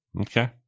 Okay